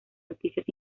noticias